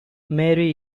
mary